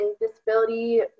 disability